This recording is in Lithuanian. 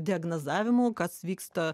diagnozavimo kas vyksta